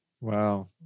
Wow